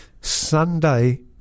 Sunday